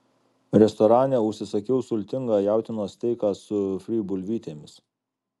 restorane užsisakiau sultingą jautienos steiką su fry bulvytėmis